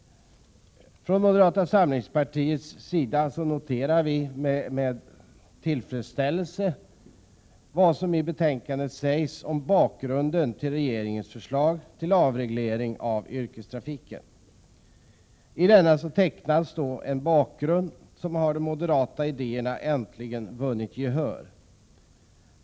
Vi moderater noterar med tillfredsställelse vad som i betänkandet sägs om bakgrunden till regeringens förslag till avreglering av yrkestrafiken. I denna tecknas en bakgrund där de moderata idéerna äntligen har vunnit gehör.